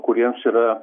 kuriems yra